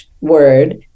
word